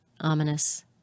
ominous